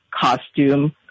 costume